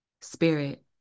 spirit